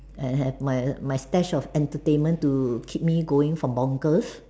and have my my stash of entertainment to keep me going for bonkers